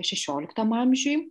šešioliktam amžiuj